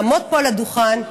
לעמוד פה על הדוכן ולהגיד: